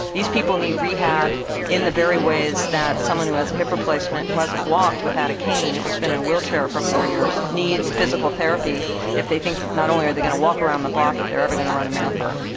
these people need rehab in the very ways that someone who has a hip replacement who hasn't walked without a cane or has been in a wheelchair for four years needs physical therapy if they think not only are they going to walk around the block but if they're ever going to run a marathon.